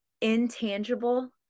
intangible